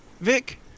Vic